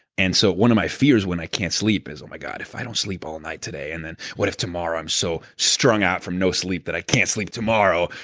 and so one of my fears when i can't sleep is, oh my god, if i don't sleep all night today, and then, what if tomorrow, i'm so strung out from no sleep that i can't sleep tomorrow,